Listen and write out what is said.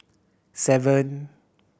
seven